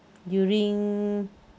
during